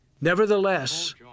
Nevertheless